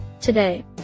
Today